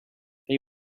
they